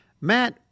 Matt